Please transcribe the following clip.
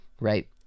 Right